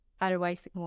otherwise